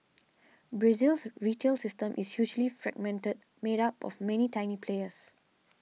Brazil's retail system is hugely fragmented made up of many tiny players